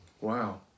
Wow